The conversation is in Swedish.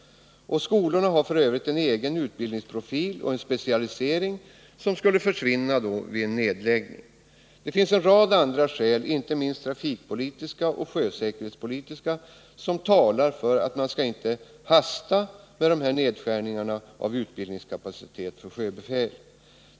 Skolorna har f. ö. en egen utbildningsprofil och en specialisering, något som skulle försvinna vid en nedläggning. En rad andra skäl —- inte minst trafikpolitiska och sjösäkerhetspolitiska — talar mot förhastade nedskärningar av utbildningskapacitet för sjöbefäl.